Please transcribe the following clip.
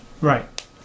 Right